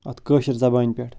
اَتھ کٲشِر زبانہِ پٮ۪ٹھ